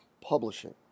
publishing